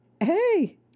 Hey